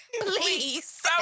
Please